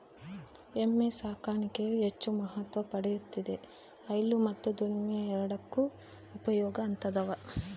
ಎಮ್ಮೆ ಸಾಕಾಣಿಕೆಯು ಹೆಚ್ಚು ಮಹತ್ವ ಪಡೆಯುತ್ತಿದೆ ಹೈನು ಮತ್ತು ದುಡಿಮೆ ಎರಡಕ್ಕೂ ಉಪಯೋಗ ಆತದವ